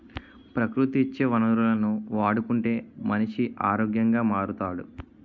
ప్రకృతి ఇచ్చే వనరులను వాడుకుంటే మనిషి ఆరోగ్యంగా మారుతాడు